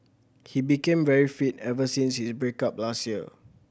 he became very fit ever since his break up last year